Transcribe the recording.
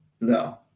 No